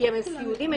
הם סיעודיים,